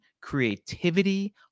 creativity